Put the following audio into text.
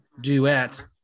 duet